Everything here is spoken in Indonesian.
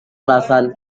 alasan